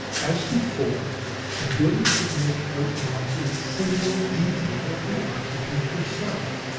as before billie could make out not a single detail of the occupant herself.